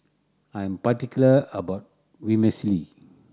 I'm particular about Vermicelli